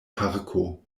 parko